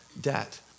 debt